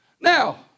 Now